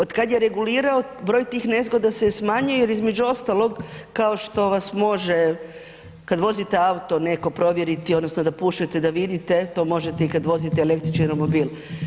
Od kada je regulirao broj tih nezgoda se smanjio jer između ostalog kao što vas može kada vozite auto netko provjeriti odnosno da pušete da vidite to možete i kada vozite električni romobil.